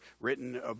written